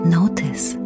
notice